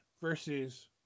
versus